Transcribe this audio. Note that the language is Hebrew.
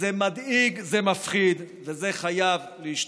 זה מדאיג, זה מפחיד, וזה חייב להשתנות.